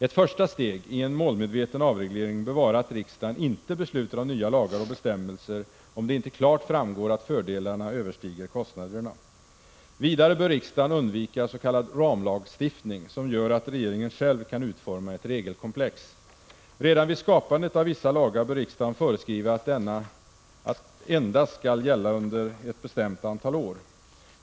Ett första steg i en målmedveten avreglering bör vara att riksdagen inte beslutar om nya lagar och bestämmelser, om det inte klart framgår att fördelarna överstiger kostnaderna. Vidare bör riksdagen undvika s.k. ramlagstiftning, som gör att regeringen själv kan utforma ett regelkomplex. Redan vid skapandet av vissa lagar bör riksdagen föreskriva att de endast skall gälla under ett bestämt antal år.